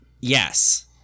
Yes